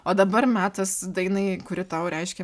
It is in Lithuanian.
o dabar metas dainai kuri tau reiškia